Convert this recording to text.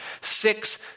Six